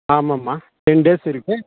ஆமாம்மா ten days இருக்குது